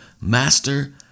master